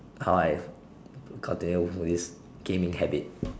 how I have continued with this gaming habit